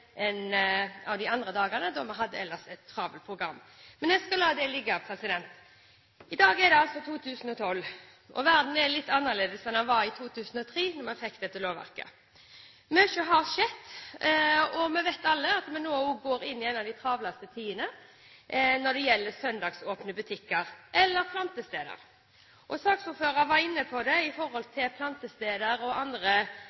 en søndag – fordi vi ikke hadde muligheter til det noen av de andre dagene på grunn av et travelt program. Men jeg skal la det ligge. I dag er det altså 2012, og verden er litt annerledes enn den var i 2003, da vi fikk dette lovverket. Mye har skjedd, og vi vet alle at vi nå går inn i en av de travleste tidene når det gjelder søndagsåpne butikker – eller planteutsalg. Saksordføreren var inne på dette med plantesteder og andre